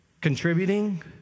Contributing